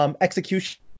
execution